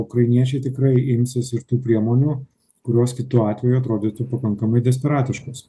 ukrainiečiai tikrai imsis ir tų priemonių kurios kitu atveju atrodytų pakankamai desperatiškos